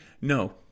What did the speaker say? No